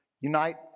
unite